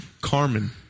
Carmen